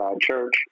Church